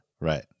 Right